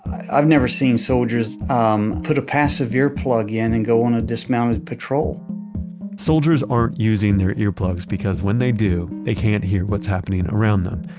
i've never seen soldiers um put a passive ear plugin and go on a dismounted patrol soldiers aren't using their earplugs because when they do, they can't hear what's happening around them.